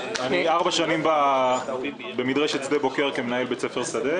אני ארבע שנים במדרשת שדה בוקר כמנהל בית ספר שדה.